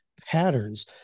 patterns